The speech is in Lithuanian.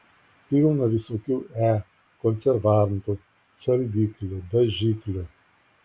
pilna visokių e konservantų saldiklių dažiklių